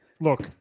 Look